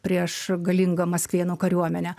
prieš galingą maskvėnų kariuomenę